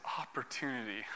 opportunity